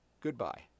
goodbye